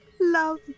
love